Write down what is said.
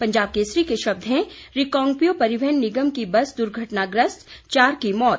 पंजाब केसरी के शब्द हैं रिकांगपियों परिवहन निगम की बस दूर्घटनाग्रस्त चार की मौत